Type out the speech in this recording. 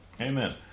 Amen